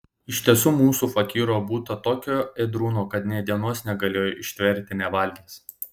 iš tiesų mūsų fakyro būta tokio ėdrūno kad nė dienos negalėjo ištverti nevalgęs